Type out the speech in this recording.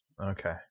Okay